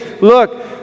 Look